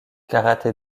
karaté